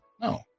No